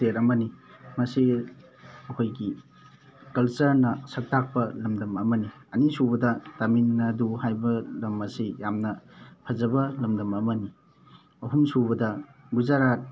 state ꯑꯃꯅꯤ ꯃꯁꯤ ꯑꯩꯈꯣꯏꯒꯤ ꯀꯜꯆꯔꯅ ꯁꯛ ꯇꯥꯛꯄ ꯂꯝꯗꯝ ꯑꯃꯅꯤ ꯑꯅꯤꯁꯨꯕꯗ ꯇꯥꯃꯤꯜ ꯅꯥꯗꯨ ꯍꯥꯏꯕ ꯂꯝ ꯑꯁꯤ ꯌꯥꯝꯅ ꯐꯖꯕ ꯂꯝꯗꯝ ꯑꯃꯅꯤ ꯑꯍꯨꯝꯁꯨꯕꯗ ꯒꯨꯖꯔꯥꯠ